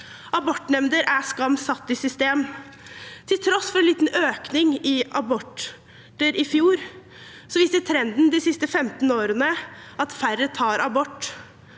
Abortnemnder er skam satt i system. Til tross for en liten økning i aborter i fjor viser trenden de siste 15 årene at færre tar abort.